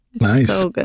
Nice